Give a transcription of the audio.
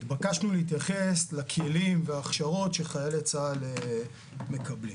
התבקשנו להתייחס לכלים וההכשרות שחיילי צה"ל מקבלים.